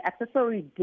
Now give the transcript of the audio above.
accessory